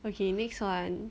okay next one